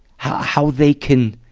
how, how they can,